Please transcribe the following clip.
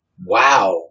wow